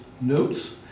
notes